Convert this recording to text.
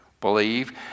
believe